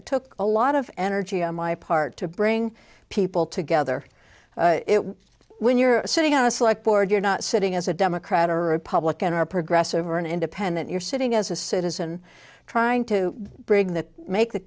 it took a lot of energy on my part to bring people together when you're sitting on a select board you're not sitting as a democrat or republican are progressive or an independent you're sitting as a citizen trying to bring that make the